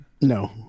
no